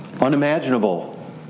unimaginable